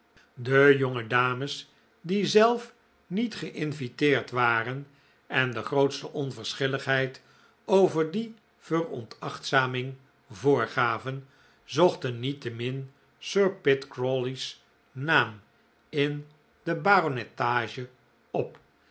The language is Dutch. de jonge dames die zelf niet ge'inviteerd waren en de grootste onverschilligheid over die veronachtzaming voorgaven zochten niettemin sir pitt crawley's naam in de baronetage op